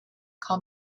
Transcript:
call